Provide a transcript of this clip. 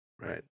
Right